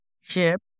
SHIP